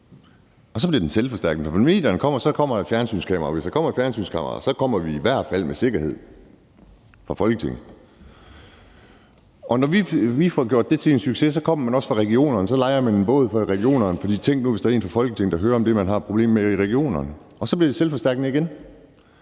og så bliver det selvforstærkende. For når medierne kommer, kommer der også et fjernsynskamera, og hvis der kommer et fjernsynskamera, kommer vi fra Folketinget i hvert fald med sikkerhed. Og når vi får gjort det til en succes, kommer man også fra regionerne; så lejer dem fra regionerne en båd. For tænk nu, hvis der var en fra Folketinget, der hørte om det, man har et problem med i regionerne. Og så bliver det selvforstærkende igen.